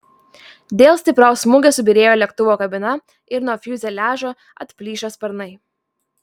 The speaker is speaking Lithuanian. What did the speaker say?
dėl stipraus smūgio subyrėjo lėktuvo kabina ir nuo fiuzeliažo atplyšo sparnai